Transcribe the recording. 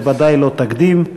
זה בוודאי לא תקדים.